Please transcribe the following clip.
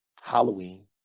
Halloween